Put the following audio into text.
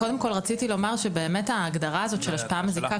קודם כול רציתי לומר שההגדרה הזאת של "השפעה מזיקה",